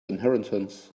inheritance